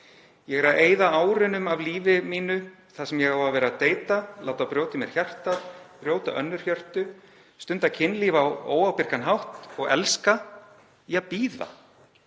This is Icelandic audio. „Ég er að eyða árunum af lífi mínu, þar sem ég á að vera að deita, láta brjóta í mér hjartað, brjóta önnur hjörtu, stunda kynlíf á óábyrgan hátt og elska, í að bíða.